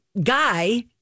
guy